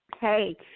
Hey